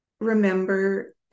remember